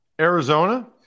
Arizona